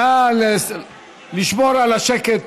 נא לשמור על השקט